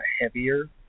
heavier